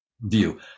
view